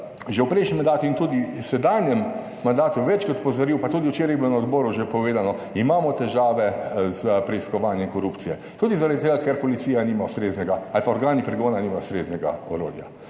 že v prejšnjem mandatu in tudi v sedanjem mandatu večkrat opozoril, pa tudi včeraj je bilo na odboru že povedano, imamo težave s preiskovanjem korupcije, tudi zaradi tega, ker policija nima ustreznega ali pa organi pregona nimajo ustreznega orodja.